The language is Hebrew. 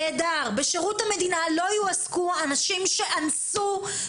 בשירות המדינה לא יועסקו אנשים שאנסו,